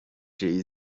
jay